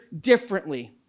differently